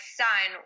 son